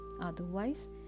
Otherwise